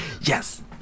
Yes